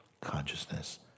consciousness